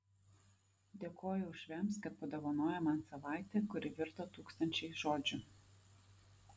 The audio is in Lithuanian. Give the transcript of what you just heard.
dėkoju uošviams kad padovanojo man savaitę kuri virto tūkstančiais žodžių